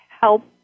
help